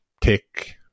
take